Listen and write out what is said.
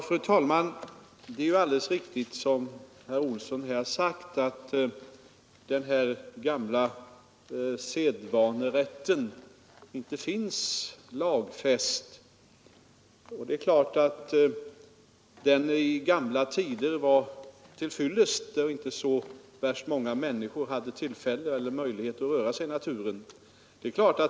Fru talman! Det är alldeles riktigt som herr Olsson i Edane säger att allemansrätten, denna gamla sedvanerätt, inte finns lagfäst. Den var naturligtvis till fyllest i gamla tider, när inte så värst många människor hade möjlighet att röra sig i naturen.